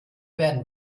werden